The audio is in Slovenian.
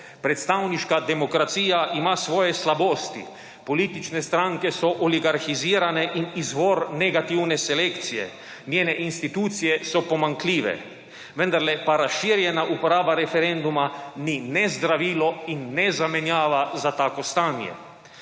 Predstavniška demokracija ima svoje slabosti, politične stranke so oligarhizirane in izvor negativne selekcije, njene institucije so pomanjkljive, vendarle pa razširjena uporaba referenduma ni ne zdravilo in ne zamenjava za tako stanje.